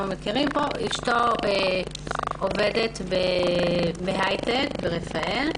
שעובדת בהייטק ברפא"ל.